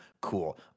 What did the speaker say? cool